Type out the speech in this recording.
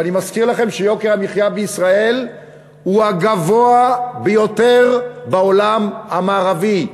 ואני מזכיר לכם שיוקר המחיה בישראל הוא הגבוה ביותר בעולם המערבי.